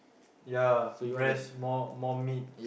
ya breast more more meat